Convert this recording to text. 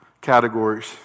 categories